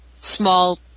small